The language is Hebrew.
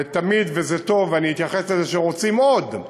ותמיד, זה טוב, ואתייחס לזה, שרוצים עוד.